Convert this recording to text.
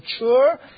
mature